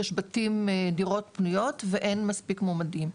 כי יש דירות פנויות ואין מספיק מועמדים,